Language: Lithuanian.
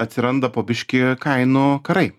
atsiranda po biškį kainų karai